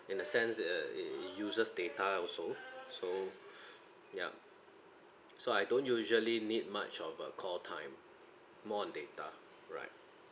in a sense that it uses data also so ya so I don't usually need much of a call time more on data right